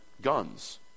guns